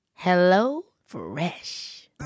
HelloFresh